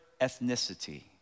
ethnicity